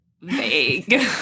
vague